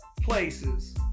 places